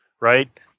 right